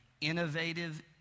innovative